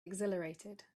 exhilarated